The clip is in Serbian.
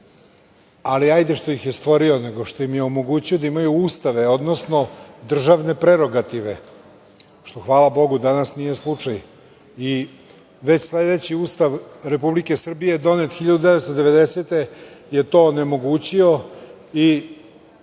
ali hajde što ih je stvorio, nego što im je omogućio da imaju Ustave, odnosno državne prerogative, što hvala Bogu danas nije slučaj. Već sledeći Ustav Republike Srbije donet 1990. je to onemogućio i